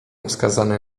wskazany